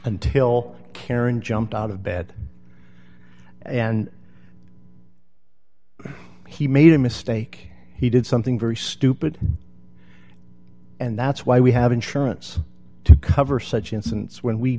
until karen jumped out of bed and he made a mistake he did something very stupid and that's why we have insurance to cover such incidents when we